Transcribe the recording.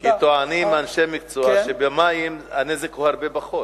כי טוענים אנשי מקצוע שבמים הנזק הוא קטן הרבה יותר.